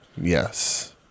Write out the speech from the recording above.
Yes